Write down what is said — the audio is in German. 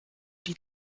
die